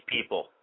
people